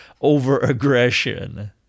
over-aggression